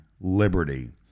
Liberty